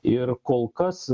ir kol kas